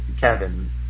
Kevin